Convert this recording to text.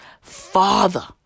father